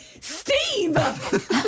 Steve